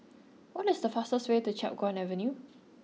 what is the fastest way to Chiap Guan Avenue